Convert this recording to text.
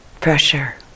pressure